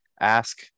ask